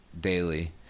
daily